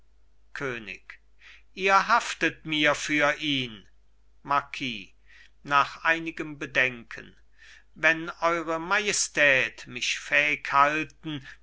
könig ihr haftet mir für ihn marquis nach einigem bedenken wenn eure majestät mich fähig halten